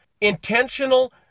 intentional